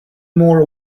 more